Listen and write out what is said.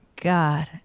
God